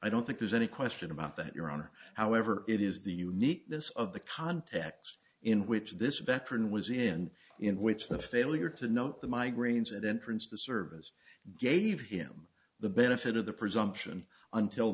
i don't think there's any question about that your honor however it is the uniqueness of the context in which this veteran was in in which the failure to note the migraines and entrance of the service gave him the benefit of the presumption until